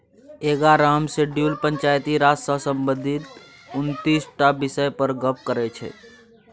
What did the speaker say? एगारहम शेड्यूल पंचायती राज सँ संबंधित उनतीस टा बिषय पर गप्प करै छै